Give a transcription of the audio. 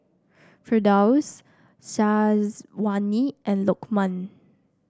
Firdaus Syazwani and Lokman